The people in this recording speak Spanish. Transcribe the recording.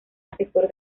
asesor